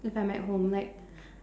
cause I'm at home like